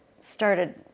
started